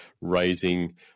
raising